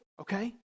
okay